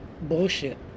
bullshit